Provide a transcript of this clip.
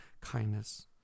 kindness